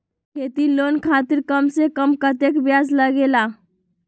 खेती लोन खातीर कम से कम कतेक ब्याज लगेला?